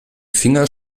finger